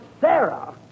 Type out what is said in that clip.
Sarah